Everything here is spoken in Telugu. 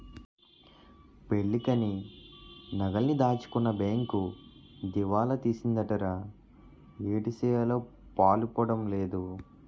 పెళ్ళికని నగలన్నీ దాచుకున్న బేంకు దివాలా తీసిందటరా ఏటిసెయ్యాలో పాలుపోడం లేదు